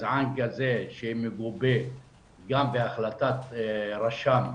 גזען כזה, שמגובה גם בהחלטת רשם,